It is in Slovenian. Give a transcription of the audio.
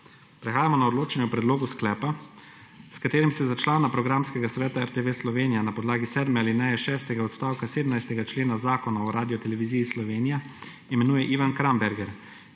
Prehajamo na odločanje o Predlogu sklepa, s katerim se za člana Programskega sveta RTV Slovenija na podlagi sedme alineje šestega odstavka 17. člena Zakona o Radioteleviziji Slovenija imenuje Ivan Kramberger